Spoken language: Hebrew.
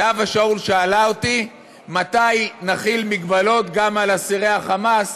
זהבה שאול שאלה אותי מתי נחיל מגבלות גם על אסירי ה"חמאס",